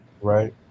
Right